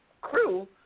crew